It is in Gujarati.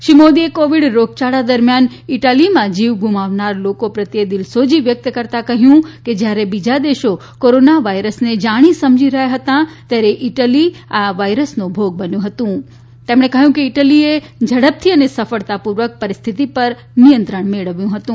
શ્રી મોદીએ કોવિડ રોગયાળા દરમ્યાન ઇટાલીમાં જીવ ગુમાવનાર લોકો પ્રત્યે દિલસોજી વ્યક્ત કરતા કહ્યું કે જ્યારે બીજા દેશો કોરોના વાયરસને જાણી સમજી રહ્યા હતા ત્યારે ઇટાલી આ વાયરસનો ભોગ બન્યું હતું તેમણે કહ્યું કે ઇટાલીએ ઝડપથી અને સફળતાપૂર્વક પરિસ્થિતિ પર નિયંત્રણ મેળવ્યું હતું